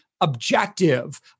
objective